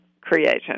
creation